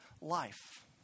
life